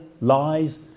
lies